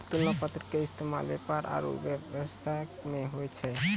तुलना पत्र के इस्तेमाल व्यापार आरु व्यवसाय मे होय छै